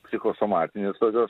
psichosomatinės tokios